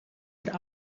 der